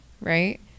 right